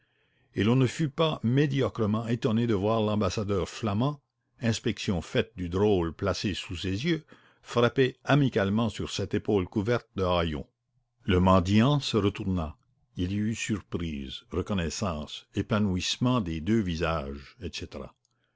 et l'on ne fut pas médiocrement étonné de voir l'ambassadeur flamand inspection faite du drôle placé sous ses yeux frapper amicalement sur cette épaule couverte de haillons le mendiant se retourna il y eut surprise reconnaissance épanouissement des deux visages etc